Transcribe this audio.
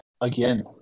again